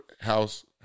House